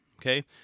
okay